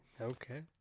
Okay